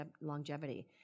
longevity